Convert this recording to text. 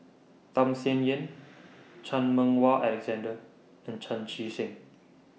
Tham Sien Yen Chan Meng Wah Alexander and Chan Chee Seng